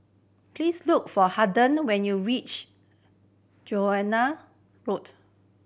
please look for Harden when you reach Road